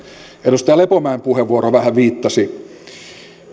edustaja lepomäen puheenvuoro vähän viittasi